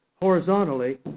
horizontally